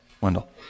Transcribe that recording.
Wendell